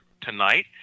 tonight